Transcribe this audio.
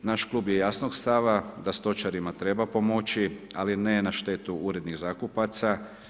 Naš klub je jasnog stava da stočarima treba pomoći, ali ne na štetu urednih zakupaca.